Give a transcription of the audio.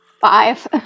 Five